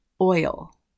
oil